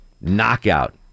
Knockout